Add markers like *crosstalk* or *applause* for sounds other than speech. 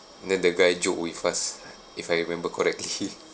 and then the guy joke with us if I remember correctly *laughs*